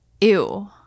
Ew